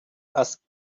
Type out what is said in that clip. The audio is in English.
was